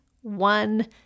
one